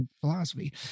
philosophy